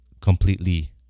completely